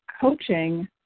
coaching